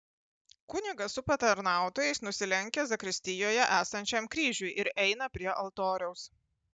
kunigas su patarnautojais nusilenkia zakristijoje esančiam kryžiui ir eina prie altoriaus